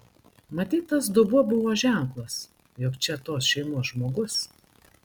matyt tas dubuo buvo ženklas jog čia tos šeimos žmogus